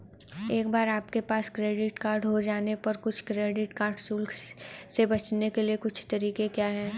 एक बार आपके पास क्रेडिट कार्ड हो जाने पर कुछ क्रेडिट कार्ड शुल्क से बचने के कुछ तरीके क्या हैं?